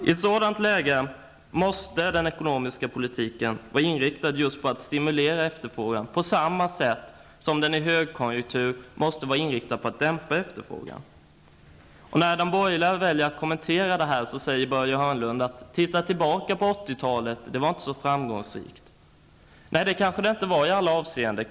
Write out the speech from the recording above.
I ett sådant läge måste den ekonomiska politiken vara inriktad just på att stimulera efterfrågan på samma sätt som det i en högkonjunktur gäller att dämpa den. Hörnlund: Titta tillbaka på 80-talet! Det var inte särskilt framgångsrikt. Nej, det var det kanske inte i alla avseenden.